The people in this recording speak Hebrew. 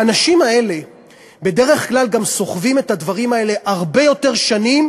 והאנשים האלה בדרך כלל גם סוחבים את הדברים האלה הרבה יותר שנים,